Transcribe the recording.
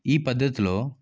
ఈ పద్ధతిలో